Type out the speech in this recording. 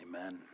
amen